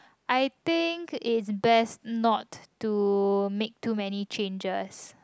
I think is best not to make to many changes